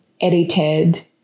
edited